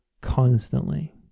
constantly